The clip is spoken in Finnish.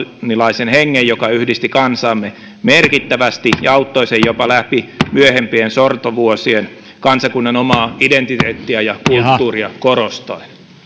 snellmanilaisen hengen joka yhdisti kansaamme merkittävästi ja auttoi sen jopa läpi myöhempien sortovuosien kansakunnan omaa identiteettiä ja kulttuuria korostaen